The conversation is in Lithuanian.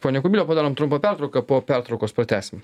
pone kubiliau padarom pertrauką po pertraukos pratęsim